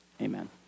Amen